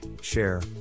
share